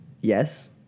yes